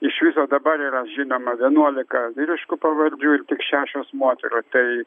iš viso dabar yra žinoma vienuolika vyriškų pavardžių ir tik šešios moterų tai